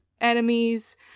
enemies